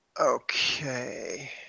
Okay